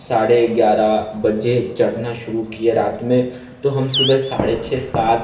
साढ़े ग्यारह बजे चढ़ना शुरू किया रात में तो हम सुबह साढ़े छः सात